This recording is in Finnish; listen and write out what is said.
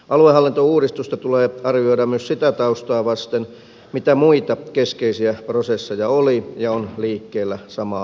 aluehallintouudistusta tulee arvioida myös sitä taustaa vasten mitä muita keskeisiä prosesseja oli ja on liikkeellä samaan aikaan